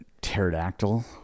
pterodactyl